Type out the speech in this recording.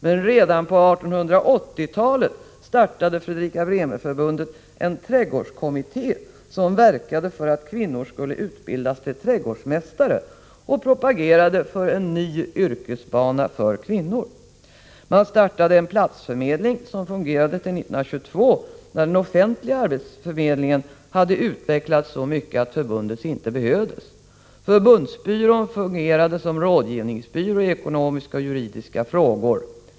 Men redan på 1880-talet startade Fredrika-Bremer-Förbundet en trädgårdskommitté som verkade för att kvinnor skulle utbildas till trädgårdsmästare och propagerade för en ny yrkesbana för kvinnor. Förbundet startade en platsförmedling som fungerade ända till 1922, när den offentliga arbetsförmedlingen hade utvecklats så att förbundets inte längre behövdes. Förbundsbyrån fungerade också som rådgivningsbyrå i ekonomiska och juridiska frågor.